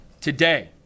Today